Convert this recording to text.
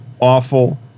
awful